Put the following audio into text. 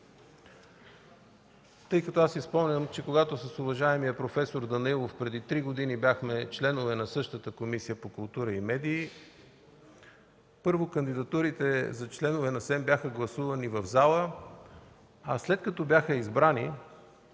Аз си спомням, че когато с уважаемия проф. Данаилов преди три години бяхме членове на същата Комисия по култура и медии, първо, кандидатурите за членове на СЕМ бяха гласувани в залата, а след като бяха избрани